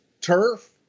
turf